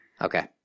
Okay